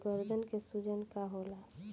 गदन के सूजन का होला?